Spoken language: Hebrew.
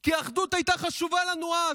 כי האחדות הייתה חשובה לנו אז,